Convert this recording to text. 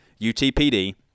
UTPD